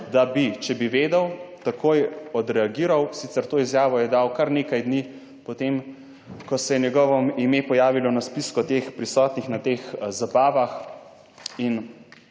da bi, če bi vedel, takoj odreagiral, sicer to izjavo je dal kar nekaj dni po tem, ko se je njegovo ime pojavilo na spisku teh prisotnih na teh zabavah. In